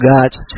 God's